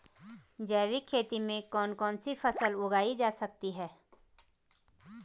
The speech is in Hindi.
जैविक खेती में कौन कौन सी फसल उगाई जा सकती है?